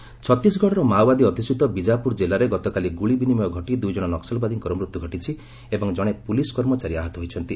Naxal killed ଛତିଶଗଡ଼ର ମାଓବାଦୀ ଅଧୁଷିତ ବିଜ୍ଞାପୁର ଜିଲ୍ଲାରେ ଗତକାଲି ଗୁଳିବିନିମୟ ଘଟି ଦୁଇଜଣ ନକ୍ସଲବାଦୀଙ୍କର ମୃତ୍ୟୁ ଘଟିଛି ଏବଂ ଜଣେ ପୁଲିସ୍ କର୍ମଚାରୀ ଆହତ ହୋଇଛନ୍ତି